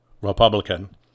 Republican